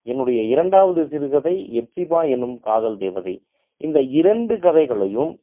என்னுடைய இரண்டாவது சிறுகதை எப்சிபா என்னும் காதல் தேவதை இந்த இரண்டு கதைகளையும்